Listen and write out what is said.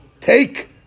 take